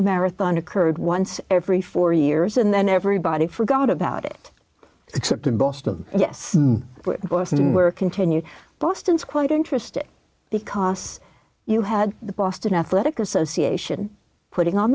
the marathon occurred once every four years and then everybody forgot about it except in boston yes boston where continued boston is quite interesting the costs you had the boston athletic association putting on